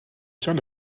tiers